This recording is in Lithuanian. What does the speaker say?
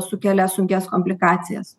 sukelia sunkias komplikacijas